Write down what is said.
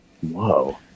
whoa